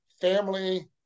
family